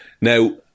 Now